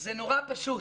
זה נורא פשוט.